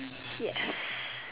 yes